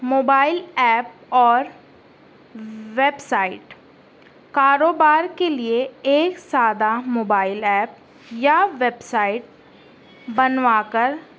mobile app اور website کاروبار کے لیے ایک سادہ موبائل ایپ یا ویب سائٹ بنوا کر